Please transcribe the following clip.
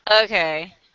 Okay